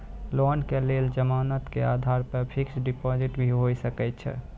Loan के लेल जमानत के आधार पर फिक्स्ड डिपोजिट भी होय सके छै?